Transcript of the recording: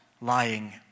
lying